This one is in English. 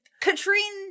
Katrine